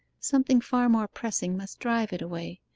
something far more pressing must drive it away.